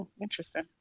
interesting